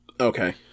Okay